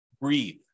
breathe